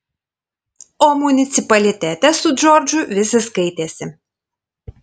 o municipalitete su džordžu visi skaitėsi